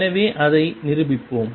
எனவே அதை நிரூபிப்போம்